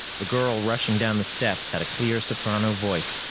the girl rushing down the steps had a clear soprano voice,